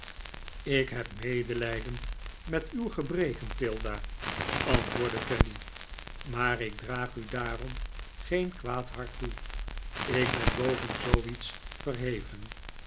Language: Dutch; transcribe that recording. ik heb medelijden met uw gebreken tilda antwoordde fanny maar ik draag u daarom geen kwaad hart toe ik ben boven zooiets verheven